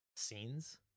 Scenes